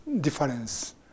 difference